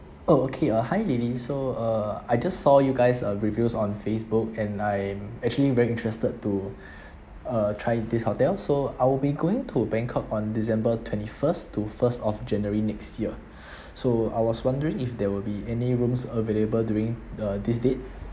oh okay uh hi lily so uh I just saw you guys uh reviews on Facebook and I'm actually very interested to uh try this hotel so I'll be going to bangkok on december twenty first to first of january next year so I was wondering if there will be any rooms available during uh this date